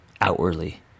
outwardly